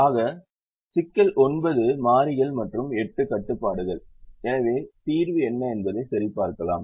ஆக சிக்கல் 9 மாறிகள் மற்றும் 8 கட்டுப்பாடுகள் எனவே தீர்வு என்ன என்பதை சரிபார்க்கலாம்